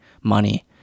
money